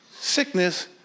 sickness